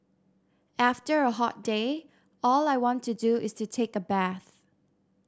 after a hot day all I want to do is to take a bath